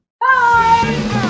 Bye